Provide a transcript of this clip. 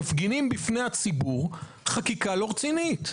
אנחנו מפגינים בפני הציבור חקיקה לא רצינית,